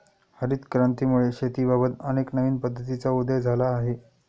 हरित क्रांतीमुळे शेतीबाबत अनेक नवीन पद्धतींचा उदय झाला आहे